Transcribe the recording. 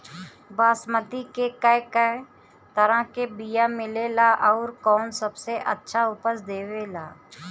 बासमती के कै तरह के बीया मिलेला आउर कौन सबसे अच्छा उपज देवेला?